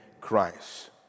Christ